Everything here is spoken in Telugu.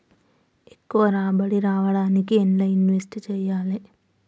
ఎక్కువ రాబడి రావడానికి ఎండ్ల ఇన్వెస్ట్ చేయాలే?